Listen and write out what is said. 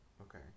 Okay